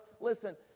listen